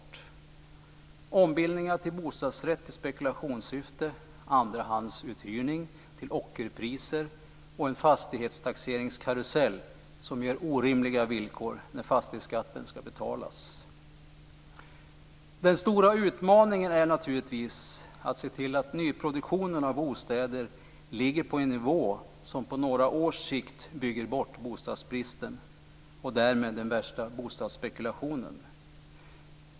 Det har varit ombildningar till bostadsrätt i spekulationssyfte, andrahandsuthyrning till ockerpriser och en fastighetstaxeringskarusell som ger orimliga villkor när fastighetsskatten ska betalas. Den stora utmaningen är naturligtvis att se till att nyproduktionen av bostäder ligger på en nivå som på några års sikt bygger bort bostadsbristen och därmed den värsta bostadsspekulationen.